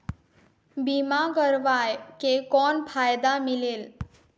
बीमा करवाय के कौन फाइदा मिलेल?